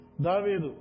David